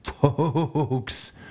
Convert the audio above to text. folks